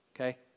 okay